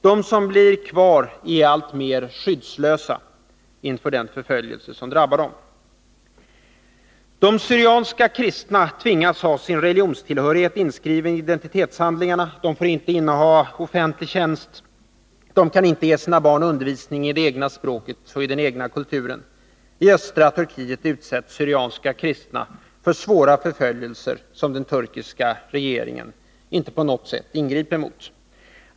De som blir kvar är alltmer skyddslösa inför den förföljelse som drabbar dem. De syrianska kristna tvingas ha sin religionstillhörighet inskriven i identitetshandlingarna. De får inte inneha offentlig tjänst. De kan inte ge sina barn undervisning i det egna språket och i den egna kulturen. I östra Turkiet utsätts syrianska kristna för svåra förföljelser, som den turkiska regeringen inte på något sätt ingriper mot.